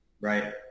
right